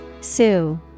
Sue